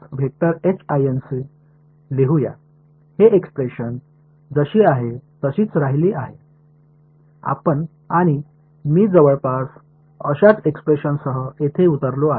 हे एक्सप्रेशन जशी आहे तशीच राहिली आहे आणि मी जवळपास अशाच एक्सप्रेशनसह येथे उरलो आहे